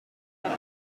well